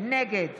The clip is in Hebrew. נגד